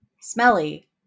smelly